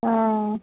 हा